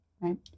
Right